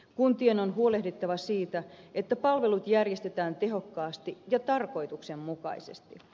kuntien on huolehdittava siitä että palvelut järjestetään tehokkaasti ja tarkoituksenmukaisesti